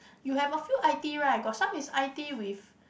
you have a few I_T right got some is I_T with